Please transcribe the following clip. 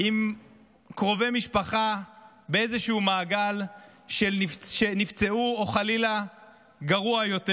עם קרובי משפחה באיזשהו מעגל שנפצעו או חלילה גרוע יותר,